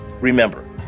Remember